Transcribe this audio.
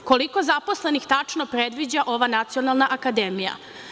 Koliko zaposlenih tačno predviđa ova Nacionalna akademija?